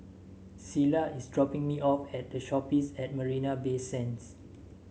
Selah is dropping me off at The Shoppes at Marina Bay Sands